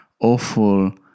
awful